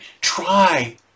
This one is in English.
try